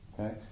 Okay